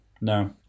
No